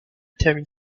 termine